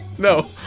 No